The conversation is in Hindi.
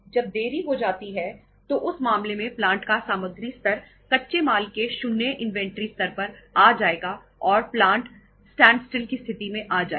जब देरी हो जाती है तो उस मामले में प्लांट का सामग्री स्तर कच्चे माल के शून्य इन्वेंटरी स्तर पर आ जाएगा और प्लांट स्टैंडस्टिल की स्थिति में आ जाएगा